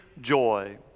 joy